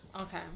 okay